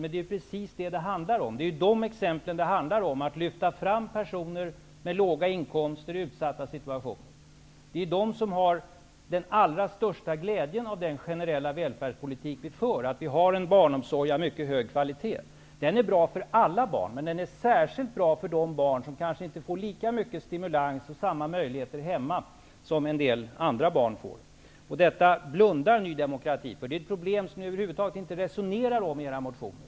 Men det är ju precis de ex emplen som det handlar om, nämligen att lyfta fram personer med låga inkomster och i utsatta si tuationer. Det är de människorna som har den allra största glädjen av den generella välfärdspoli tik som vi för, med en barnomsorg av mycket hög kvalitet. Den är bra för alla barn, men särskilt bra för de barn som kanske inte får lika mycket stimu lans och möjligheter hemma, som en del andra barn får. Det här blundar Ny demokrati för. Det är ett problem som ni över huvud taget inte resonerar kring i era motioner.